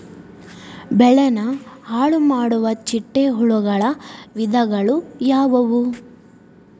ಬೆಳೆನ ಹಾಳುಮಾಡುವ ಚಿಟ್ಟೆ ಹುಳುಗಳ ವಿಧಗಳು ಯಾವವು?